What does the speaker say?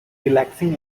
relaxing